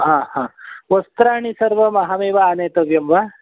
ह ह वस्त्राणि सर्वम् अहमेव आनेतव्यं वा